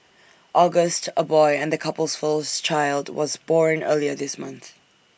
August A boy and the couple's first child was born earlier this month